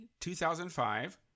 2005